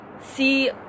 see